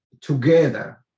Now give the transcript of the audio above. together